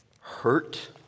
hurt